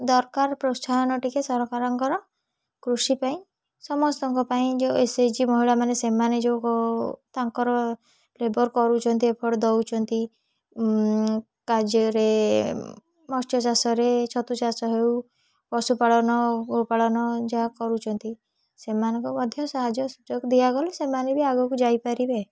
ଦରକାର ପ୍ରୋତ୍ସାହନ ଟିକେ ସରକାରଙ୍କର କୃଷି ପାଇଁ ସମସ୍ତଙ୍କ ପାଇଁ ଯୋଉ ଏସ୍ଏଚ୍ଜି ମହିଳାମାନେ ସେମାନେ ଯୋଉ ତାଙ୍କର ଲେବର୍ କରୁଛନ୍ତି ଏଫର୍ଟ ଦେଉଛନ୍ତି କାର୍ଯ୍ୟରେ ମତ୍ସ୍ୟ ଚାଷରେ ଛତୁ ଚାଷ ହେଉ ପଶୁ ପାଳନ ଗୋ'ପାଳନ ଯାହା କରୁଛନ୍ତି ସେମାନଙ୍କୁ ମଧ୍ୟ ସାହାଯ୍ୟ ସୁଯୋଗ ଦିଆଗଲେ ସେମାନେ ବି ଆଗକୁ ଯାଇପାରିବେ